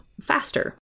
faster